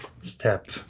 step